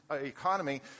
economy